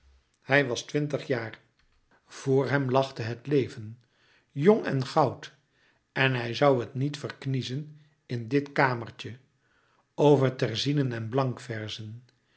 hij was twintig jaar vr hem lachte het leven jong en goud en hij zoû het niet verkniezen in dit kamertje over terzinen en blankverzen